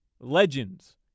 legends